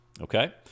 Okay